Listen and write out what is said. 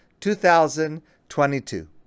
2022